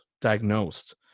diagnosed